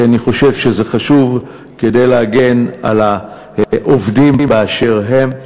כי אני חושב שזה חשוב כדי להגן על העובדים באשר הם.